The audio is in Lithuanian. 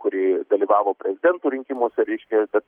kurie dalyvavo prezidento rinkimuose reiškia kad